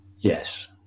Yes